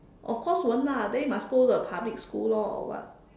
of course won't ah then you must go the public school lor or what